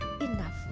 enough